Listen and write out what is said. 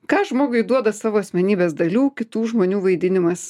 ką žmogui duoda savo asmenybės dalių kitų žmonių vaidinimas